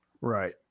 Right